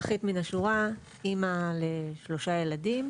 השורה, אמא לשלושה ילדים,